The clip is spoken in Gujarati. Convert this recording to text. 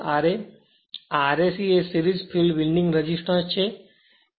આ Rse એ સિરીજ ફિલ્ડ વિન્ડિંગ રેઝિસ્ટન્સ છે